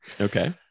okay